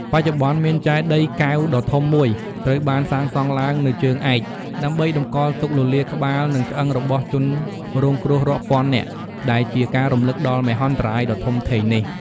បច្ចុប្បន្ន មានចេតិយកែវដ៏ធំមួយត្រូវបានសាងសង់ឡើងនៅជើងឯក ដើម្បីតម្កល់ទុកលលាដ៍ក្បាល និងឆ្អឹងរបស់ជនរងគ្រោះរាប់ពាន់នាក់ ដែលជាការរំលឹកដល់មហន្តរាយដ៏ធំធេងនេះ។